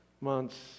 months